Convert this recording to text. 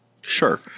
Sure